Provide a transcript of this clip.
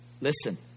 Listen